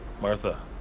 Martha